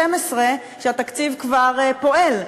מה-12 שבהם התקציב כבר פועל.